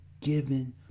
given